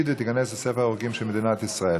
ותיכנס לספר החוקים של מדינת ישראל.